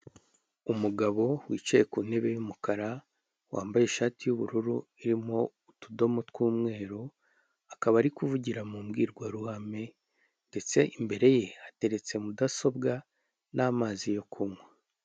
Umugabo wicaye ku ntebe y'umukara, wambaye ishati y'ubururu irimo utudomo tw'umweru, akaba ari kuvugira mu mbwirwaruhame ndetse imbere ye hateretse mudasobwa n'amazi yo kunywa.